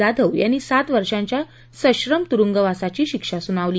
जाधव यांनी सात वर्षांच्या सश्रम तुरुंगवासाची शिक्षा सुनावली